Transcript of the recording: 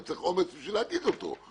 אבל צריך אומץ להגיד אותו.